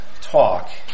talk